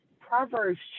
Proverbs